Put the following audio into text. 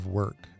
work